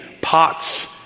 pots